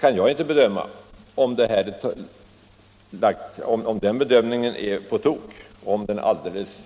Jag kan inte nu bedöma om den beräkningen är på tok och alldeles